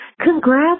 Congrats